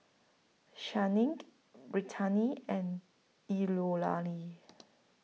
Channing Brittani and